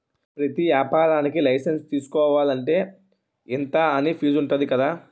ప్రతి ఏపారానికీ లైసెన్సు తీసుకోలంటే, ఇంతా అని ఫీజుంటది కదా